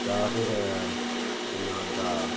जां फिर केह् नांऽ ओह्दा